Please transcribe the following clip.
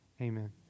amen